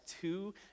two